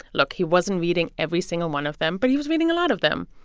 look, he wasn't reading every single one of them, but he was reading a lot of them.